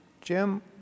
Jim